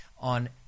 on